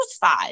five